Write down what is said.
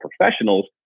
professionals